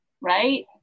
right